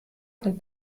von